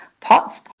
POTS